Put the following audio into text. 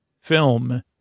film